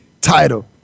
title